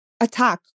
attack